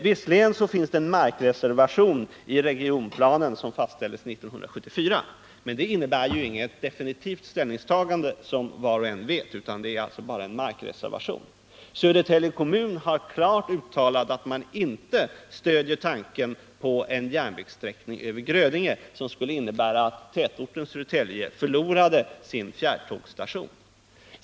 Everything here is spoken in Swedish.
Visserligen finns det en markreservation i den regionplan som fastställdes 1974 men det innebär, som var och en vet, inget definitivt ställningstagande utan är bara en markreservation. Södertälje kommun har klart uttalat att man inte stöder tanken på en järnvägssträckning över Grödinge som skulle innebära att tätorten Södertälje förlorade sin fjärrtågsstation.